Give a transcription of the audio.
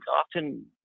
often